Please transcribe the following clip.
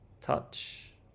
touch